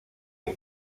que